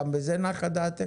גם במצב כזה נחה דעתך?